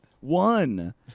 One